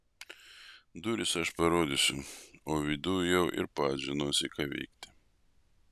duris aš parodysiu o viduj jau ir pats žinosi ką veikti